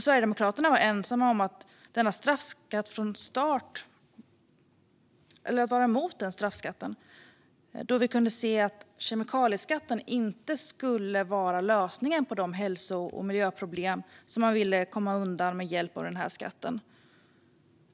Sverigedemokraterna var ensamma emot denna straffskatt från start, då vi kunde se att kemikalieskatten inte skulle vara lösningen på de hälso och miljöproblem som man ville komma undan med hjälp av skatten.